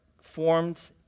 formed